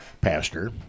Pastor